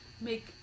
make